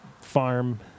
farm